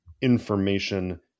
information